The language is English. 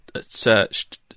searched